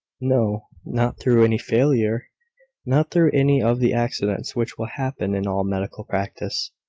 no not through any failure not through any of the accidents which will happen in all medical practice.